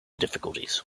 difficulties